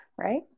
right